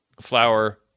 flour